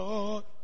Lord